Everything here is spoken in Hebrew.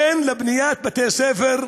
כן לבניית בתי-ספר,